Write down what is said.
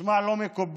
נשמע לא מקובל.